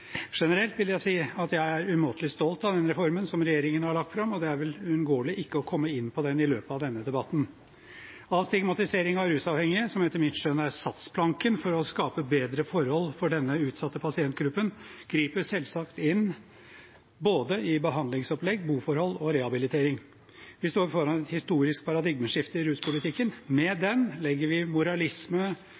Generelt vil jeg si at jeg er umåtelig stolt av den reformen som regjeringen har lagt fram, og det er vel uunngåelig ikke å komme inn på den i løpet av denne debatten. Avstigmatisering av rusavhengige, som etter mitt skjønn er satsplanken for å skape bedre forhold for denne utsatte pasientgruppen, griper selvsagt inn i både behandlingsopplegg, boforhold og rehabilitering. Vi står foran et historisk paradigmeskifte i ruspolitikken. Med det legger vi moralisme,